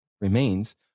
remains